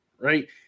right